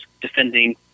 defending